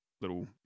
little